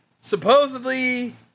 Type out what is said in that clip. supposedly